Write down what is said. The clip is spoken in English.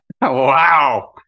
wow